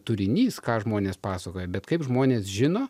turinys ką žmonės pasakoja bet kaip žmonės žino